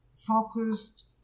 focused